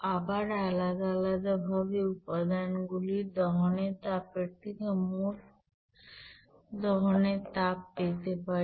আবার আলাদা আলাদাভাবে উপাদানগুলির দহনের তাপের থেকে মোট দহনের তাপ পেতে পারি